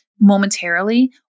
momentarily